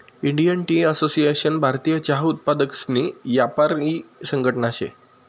Indian tea association भारतीय चहा उत्पादकसनी यापारी संघटना शे